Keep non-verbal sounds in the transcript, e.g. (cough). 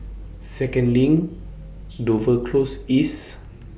Second LINK (noise) Dover Close East